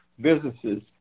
businesses